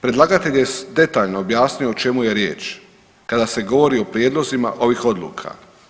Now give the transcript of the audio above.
Predlagatelj je detaljno objasnio o čemu je riječ kada se govori o prijedlozima ovih odluka.